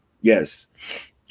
Yes